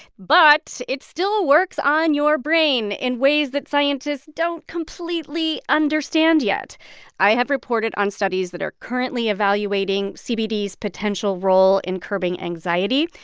but it still works on your brain in ways that scientists don't completely understand yet i have reported on studies that are currently evaluating cbd's potential role in curbing anxiety.